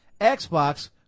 Xbox